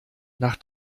nach